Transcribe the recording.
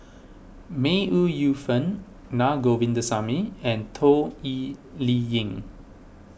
May Ooi Yu Fen Naa Govindasamy and Toh Liying